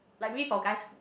like maybe for guys